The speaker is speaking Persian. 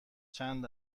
چند